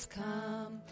come